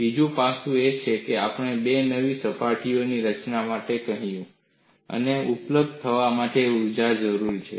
બીજું પાસું એ છે કે આપણે બે નવી સપાટીઓની રચના માટે કહ્યું છે મને ઉપલબ્ધ થવા માટે ઊર્જાની જરૂર છે